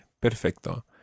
Perfecto